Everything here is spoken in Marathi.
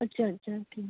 अच्छा अच्छा ठीक